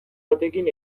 batekin